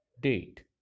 date